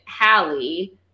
Hallie